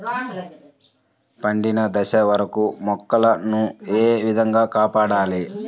పండిన దశ వరకు మొక్కల ను ఏ విధంగా కాపాడాలి?